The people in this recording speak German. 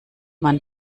man